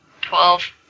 Twelve